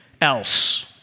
else